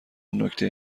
نکته